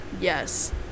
Yes